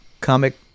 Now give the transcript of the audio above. comic